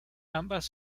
ambas